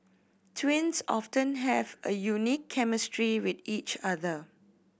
twins often have a unique chemistry with each other